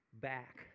back